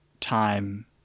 time